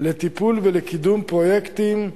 לטיפול ולקידום פרויקטים,